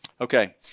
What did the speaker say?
Okay